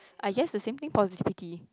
I guess the same thing positivity